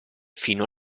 fino